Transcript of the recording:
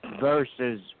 versus